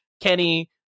Kenny